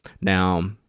Now